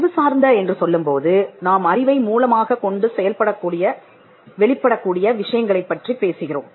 அறிவு சார்ந்த என்று சொல்லும்போது நாம் அறிவை மூலமாகக் கொண்டு வெளிப்படக்கூடிய விஷயங்களைப் பற்றிப் பேசுகிறோம்